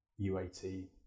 UAT